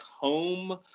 home